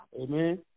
Amen